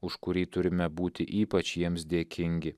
už kurį turime būti ypač jiems dėkingi